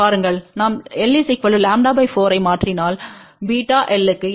நாம்lλ 4 ஐமாற்றினால் βlக்குஎன்னநடக்கும்